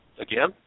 Again